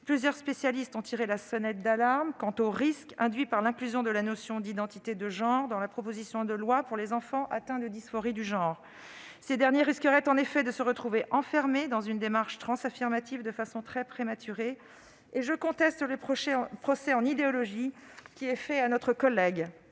Plusieurs spécialistes ont tiré la sonnette d'alarme quant au risque induit par l'inclusion de la notion d'identité de genre dans la proposition de loi pour les enfants atteints de dysphorie de genre. Ces derniers risqueraient en effet de se retrouver enfermés dans une démarche transaffirmative de façon très prématurée. À cet égard, je conteste le procès en idéologie qui est fait à notre collègue.